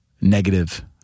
negative